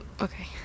okay